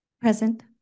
present